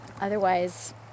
Otherwise